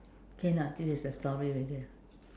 okay or not this is a story already ah